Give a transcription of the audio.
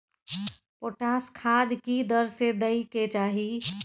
Potash खाद की दर से दै के चाही?